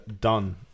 done